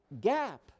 gap